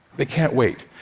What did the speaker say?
they can't wait.